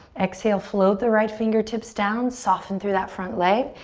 exhale, float the right fingertips down. soften through that front leg.